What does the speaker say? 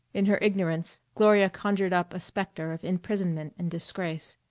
in her ignorance gloria conjured up a spectre of imprisonment and disgrace.